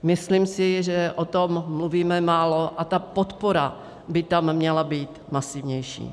Myslím si, že o tom mluvíme málo a ta podpora by tam měla být masivnější.